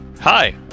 Hi